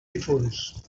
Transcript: difunts